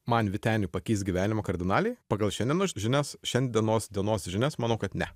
man vyteniui pakeis gyvenimą kardinaliai pagal šiandien žinias šiandienos dienos žinias manau kad ne